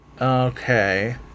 okay